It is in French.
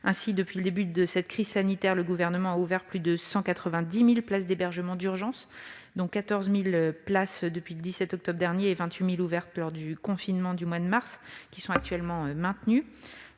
besoins. Dans le contexte de la crise sanitaire, le Gouvernement a ouvert plus de 190 000 places d'hébergement d'urgence, dont 14 000 places depuis le 17 octobre dernier et 28 000 ouvertes lors du confinement du mois de mars et qui sont actuellement maintenues.